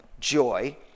joy